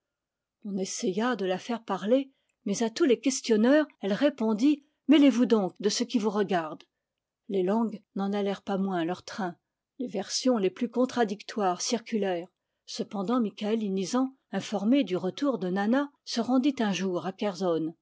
on essaya de la faire parler mais à tous les questionneurs elle répondit mêlez vous donc de ce qui vous regarde les langues n'en allèrent pas moins leur train les versions les plus contradictoires circulèrent cependant mikaël inizan informé du retour de nann se rendit un jour à